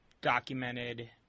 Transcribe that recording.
documented